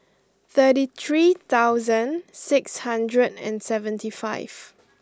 thirty three thousand six hundred and seventy five